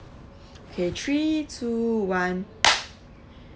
okay three to one